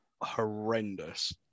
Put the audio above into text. horrendous